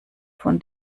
von